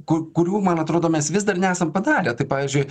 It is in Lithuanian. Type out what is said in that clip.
ku kurių man atrodo mes vis dar nesam padarę tai pavyzdžiui